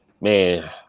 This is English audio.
man